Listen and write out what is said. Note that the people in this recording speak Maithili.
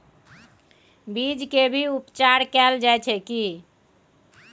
बीज के भी उपचार कैल जाय की?